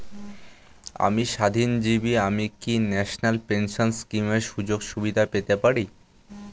আমি স্বাধীনজীবী আমি কি ন্যাশনাল পেনশন স্কিমের সুযোগ সুবিধা পেতে পারি?